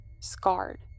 scarred